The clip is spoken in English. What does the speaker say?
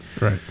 Right